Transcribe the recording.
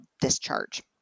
discharge